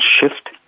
shift